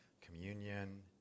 communion